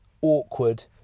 awkward